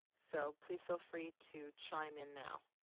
so please feel free to chime in now.